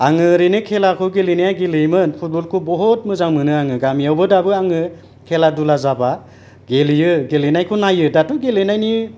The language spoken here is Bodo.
आङो ओरैनो खेलाखौ गेलेनाया गेलेयोमोन फुटबल खौ बहुद मोजां मोनो आङो गामियावबो दाबो आङो खेला दुला जाबा गेलेयो गेलेनायखौ नायो दाथ' गेलेनायनि